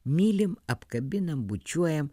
mylim apkabinam bučiuojam